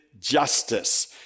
justice